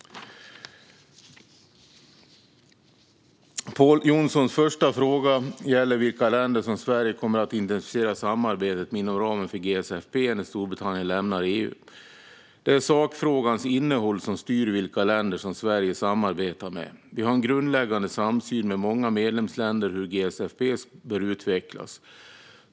Pål Jonsons första fråga gäller vilka länder som Sverige kommer att intensifiera samarbetet med inom ramen för GSFP när Storbritannien lämnar EU. Det är sakfrågans innehåll som styr vilka länder som Sverige samarbetar med. Vi har en grundläggande samsyn med många medlemsländer om hur GSFP bör utvecklas.